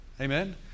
Amen